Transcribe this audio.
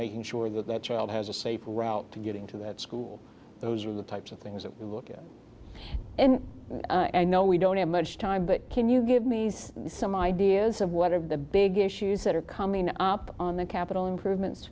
making sure that that child has a safe route to getting to that school those are the types of things that we look at and i know we don't have much time but can you give me some ideas of what are the big issues that are coming up on the capital improvements